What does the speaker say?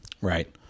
right